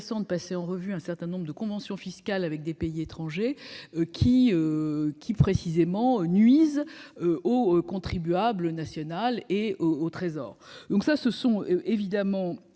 de passer en revue un certain nombre de conventions fiscales avec des pays étrangers qui, précisément, nuisent au contribuable national et au Trésor. Je conclurai en revenant